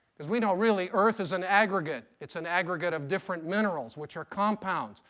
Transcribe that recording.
because we know really earth is an aggregate. it's an aggregate of different minerals which are compounds.